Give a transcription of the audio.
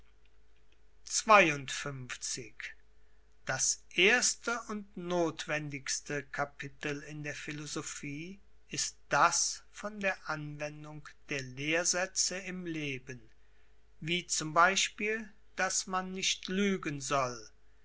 das erste und nothwendigste kapitel in der philosophie ist das von der anwendung der lehrsätze im leben wie z b daß man nicht lügen soll